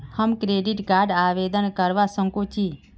हम credit card आवेदन करवा संकोची?